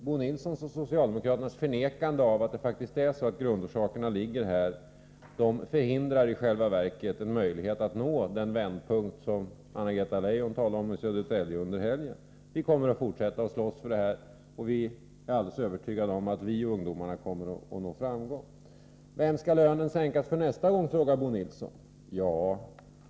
Bo Nilssons och socialdemokraternas förnekande av att grundorsakerna ligger här förhindrar i själva verket en möjlighet att nå den vändpunkt som Anna-Greta Leijon talade om i Södertälje under helgen. Vi kommer att fortsätta att slåss för vår uppfattning, och jag är alldeles övertygad om att vi och ungdomarna kommer att nå framgång. Vem skall lönen sänkas för nästa gång? frågar Bo Nilsson.